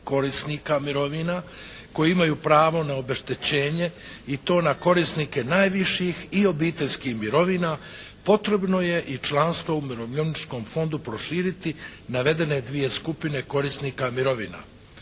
korisnika mirovina koji imaju pravo na obeštećenje i to na korisnike najviših i obiteljskih mirovina potrebno je i članstvo u Umirovljeničkom fondu proširiti navedene dvije skupine korisnika mirovina.